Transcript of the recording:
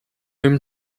whom